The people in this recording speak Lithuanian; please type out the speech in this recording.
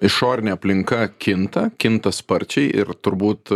išorinė aplinka kinta kinta sparčiai ir turbūt